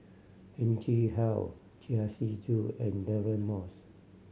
Heng Chee How Chia Shi and Deirdre Moss